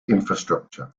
infrastructure